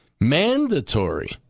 Mandatory